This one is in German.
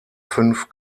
fünf